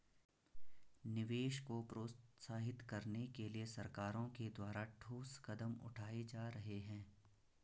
निवेश को प्रोत्साहित करने के लिए सरकारों के द्वारा ठोस कदम उठाए जा रहे हैं